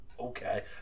Okay